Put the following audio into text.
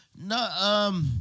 no